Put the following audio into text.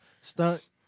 Stunt